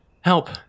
help